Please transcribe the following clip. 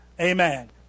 amen